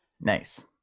Nice